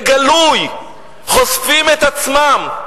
בגלוי, חושפים את עצמם.